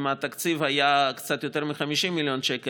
אם התקציב היה קצת יותר מ-50 מיליון שקל,